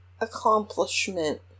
accomplishment